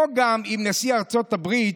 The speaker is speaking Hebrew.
גם אם נשיא ארצות הברית,